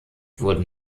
wurden